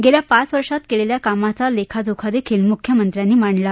गेल्या पाच वर्षात केलेल्या कामाचा लेखाजोखा देखील मुख्यमंत्र्यांनी मांडला